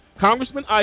Congressman